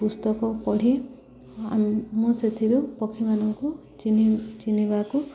ପୁସ୍ତକ ପଢ଼ି ମୁଁ ସେଥିରୁ ପକ୍ଷୀମାନଙ୍କୁ ଚିହ୍ନି ଚିହ୍ନିବାକୁ